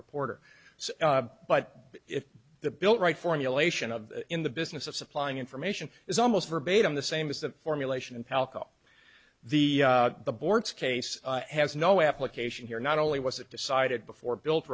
reporter but if the bill right formulation of in the business of supplying information is almost verbatim the same as the formulation palko the boortz case has no application here not only was it decided before built